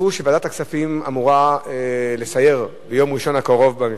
מסרו שוועדת הכספים אמורה לסייר ביום ראשון הקרוב במפעל.